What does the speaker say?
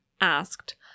asked